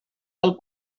del